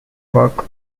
work